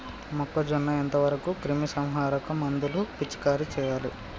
మొక్కజొన్న ఎంత వరకు క్రిమిసంహారక మందులు పిచికారీ చేయాలి?